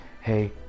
hey